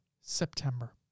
September